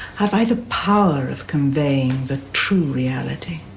have i the power of conveying the true reality,